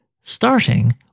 Starting